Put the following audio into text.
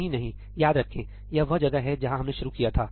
नहीं नहीं याद रखें यह वह जगह है जहां हमने शुरू किया था